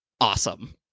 Awesome